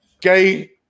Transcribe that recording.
gay